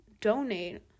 donate